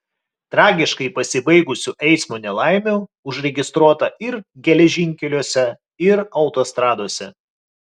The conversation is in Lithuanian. tragiškai pasibaigusių eismo nelaimių užregistruota ir geležinkeliuose ir autostradose